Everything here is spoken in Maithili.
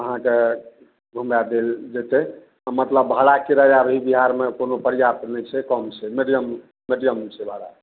अहाँके घुमा देल जेतय मतलब भाड़ा किराया भी बिहारमे कोनो पर्याप्त नहि छै कम छै मिडियम मिडियम छै भाड़ा